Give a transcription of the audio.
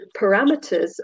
parameters